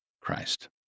Christ